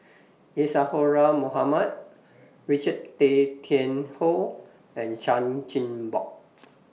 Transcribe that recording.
Isadhora Mohamed Richard Tay Tian Hoe and Chan Chin Bock